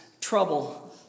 trouble